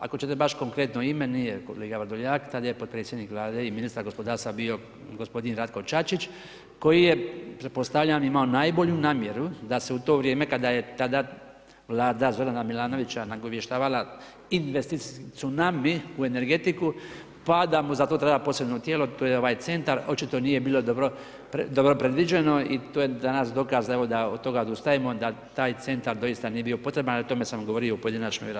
Ako ćete baš konkretno ime, nije kolega Vrdoljak, tad je potpredsjednik Vlade i ministar gospodarstva bio gospodin Ratko Čačić koji je pretpostavljam, imao najbolju namjeru da se u to vrijeme kada je tada Vlada Zorana Milanovića nagovještavala investicijski tsunami u energetiku pa da mu za to treba posebno tijelo, to je ovaj centar, očito nije bilo dobro predviđeno i to je danas dokaz da od toga odustajemo, da taj centar doista nije bio potreban, o tome sam govorio u pojedinačnoj raspravi.